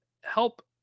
help